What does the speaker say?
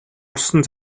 орсон